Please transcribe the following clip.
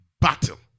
battle